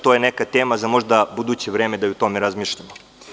To je neka tema za buduće vreme da i o tome razmišljamo.